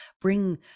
bring